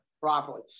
properly